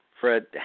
Fred